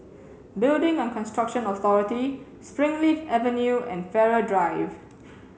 building and Construction Authority Springleaf Avenue and Farrer Drive